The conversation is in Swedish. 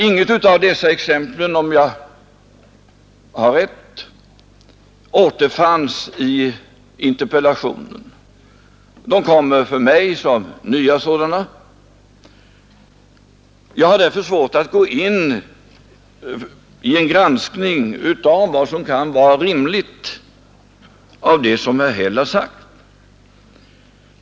Om jag minns rätt återfanns inget av dessa exempel i interpellationen. De kommer för mig som nya sådana. Jag har därför svårt att gå in i en granskning av vad som kan vara rimligt av det som herr Häll har sagt.